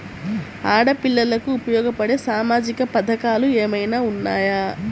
ఆడపిల్లలకు ఉపయోగపడే సామాజిక పథకాలు ఏమైనా ఉన్నాయా?